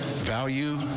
value